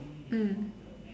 mm